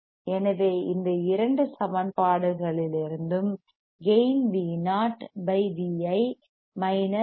எனவே இந்த இரண்டு சமன்பாடுகளிலிருந்தும் gain Vo by VI minus A